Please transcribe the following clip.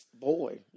Boy